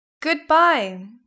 Goodbye